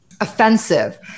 offensive